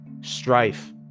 strife